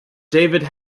david